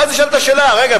ואז נשאלת השאלה: רגע,